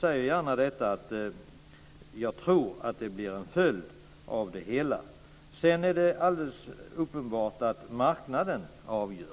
Det är uppenbart att det är marknaden som avgör.